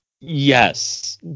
Yes